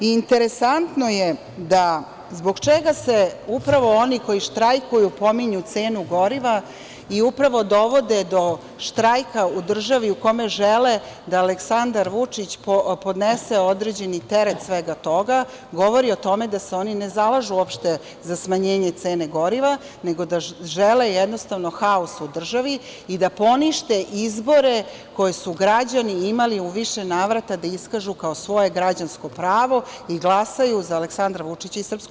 Interesantno je zbog čega upravo oni koji štrajkuju pominju cenu goriva i upravo dovode do štrajka u državi, u kome žele da Aleksandar Vučić podnese određeni teret svega toga, govori o tome da se oni ne zalažu uopšte za smanjenje cene goriva, nego da žele jednostavno haos u državi i da ponište izbore koje su građani imali u više navrata da iskažu kao svoje građansko pravo i glasaju za Aleksandra Vučića i SNS.